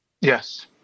yes